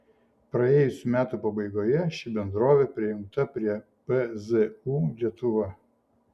praėjusių metų pabaigoje ši bendrovė prijungta prie pzu lietuva